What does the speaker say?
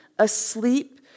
asleep